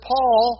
Paul